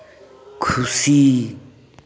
ᱠᱷᱩᱥᱤ